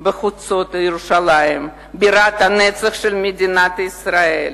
בחוצות ירושלים, בירת הנצח של מדינת ישראל.